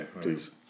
Please